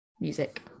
music